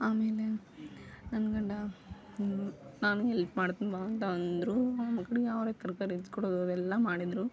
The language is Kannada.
ಆಮೇಲೆ ನನ್ನ ಗಂಡ ನಾನು ಎಲ್ಪ್ ಮಾಡ್ತೀನಿ ಬಾ ಅಂತ ಅಂದರು ನಾನು ಕಡೆಗೆ ಅವರೇ ತರಕಾರಿ ಹೆಚ್ಕೊಡೋದು ಅವೆಲ್ಲ ಮಾಡಿದರು